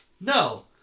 No